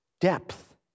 depth